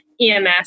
EMS